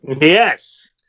Yes